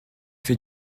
fais